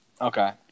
okay